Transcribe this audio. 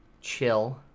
chill